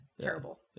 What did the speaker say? terrible